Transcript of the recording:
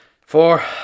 Four